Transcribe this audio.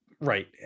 right